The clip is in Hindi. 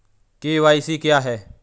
के.वाई.सी क्या है?